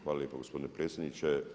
Hvala lijepo gospodine predsjedniče.